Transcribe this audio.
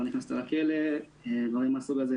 לא נכנסת לכלא ודברים מן הסוג הזה,